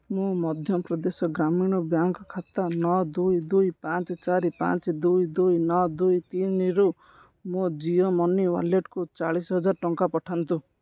ମୋ ମଧ୍ୟପ୍ରଦେଶ ଗ୍ରାମୀଣ ବ୍ୟାଙ୍କ୍ ଖାତା ନଅ ଦୁଇ ଦୁଇ ପାଞ୍ଚ ଚାରି ପାଞ୍ଚ ଦୁଇ ଦୁଇ ନଅ ଦୁଇ ତିନିରୁ ମୋ ଜିଓ ମନି ୱାଲେଟକୁ ଚାଳିଶିହଜାର ଟଙ୍କା ପଠାନ୍ତୁ